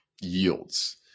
yields